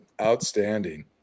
Outstanding